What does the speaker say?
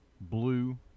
blue